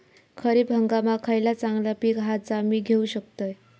खरीप हंगामाक खयला चांगला पीक हा जा मी घेऊ शकतय?